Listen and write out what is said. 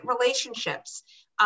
relationships